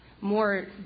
more